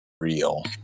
real